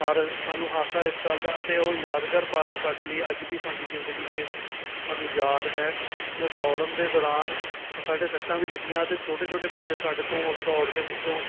ਪਰ ਸਾਨੂੰ ਹਾਸਾ ਇਸ ਗੱਲ ਦਾ ਅਤੇ ਉਹ ਯਾਦਗਾਰ ਪਲ ਸਾਡੇ ਲਈ ਅੱਜ ਵੀ ਸਾਡੀ ਜ਼ਿੰਦਗੀ 'ਚ ਸਾਨੂੰ ਯਾਦ ਹੈ ਕਿ ਉਹ ਦੌੜਨ ਦੇ ਦੌਰਾਨ ਸਾਡੇ ਸੱਟਾਂ ਵੀ ਲੱਗੀਆਂ ਅਤੇ ਛੋਟੇ ਛੋਟੇ ਬੱਚੇ ਸਾਡੇ ਤੋਂ ਉਸ ਦੌੜ ਦੇ ਵਿੱਚੋਂ